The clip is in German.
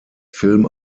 film